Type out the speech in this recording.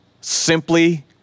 simply